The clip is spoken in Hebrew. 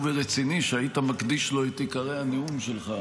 ורציני כדי שתקדיש לו את עיקרי הנאום שלך.